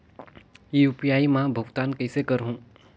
UPI मा भुगतान कइसे करहूं?